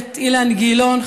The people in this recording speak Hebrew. הכנסת אילן גילאון,